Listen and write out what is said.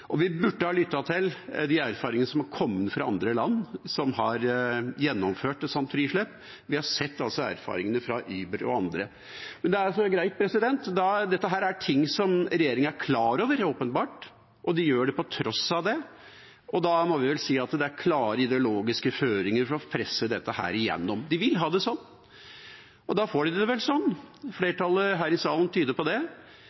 Og vi burde ha lyttet til erfaringene fra andre land som har gjennomført et sånt frislipp. Vi har altså sett erfaringene fra Uber og andre. Men det er greit, dette er ting regjeringa åpenbart er klar over, og de gjør det på tross av det. Da må vi vel si at det er klare ideologiske føringer for å presse dette gjennom. De vil ha det sånn, og da får de det vel sånn. Flertallet her i salen tyder på det, men jeg må si at vi har jobbet det